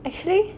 actually